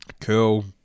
cool